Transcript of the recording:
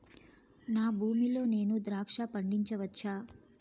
నా భూమి లో నేను ద్రాక్ష పండించవచ్చా?